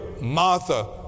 Martha